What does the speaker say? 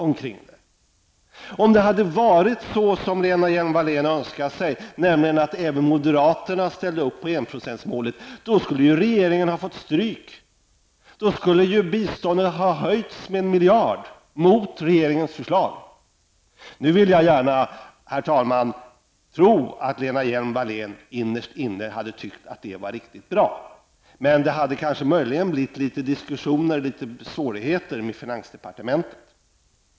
Om det hade varit så som Lena Hjelm-Wallén önskar, nämligen att även moderaterna ställde upp på enprocentsmålet, då skulle ju regeringen ha fått stryk. Då skulle biståndet -- mot regeringens förslag -- ha höjts med en miljard. Jag vill gärna, herr talman, tro att Lena Hjelm-Wallén innerst inne hade tyckt att det hade varit riktigt bra. Men det hade kanske möjligen gett upphov till litet diskussioner och litet svårigheter med finansdepartementet.